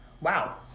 Wow